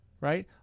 Right